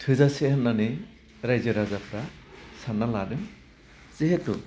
थोजासे होननानै रायजो राजाफ्रा सान्ना लादों जेहेथु